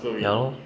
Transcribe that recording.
ya lor